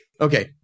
Okay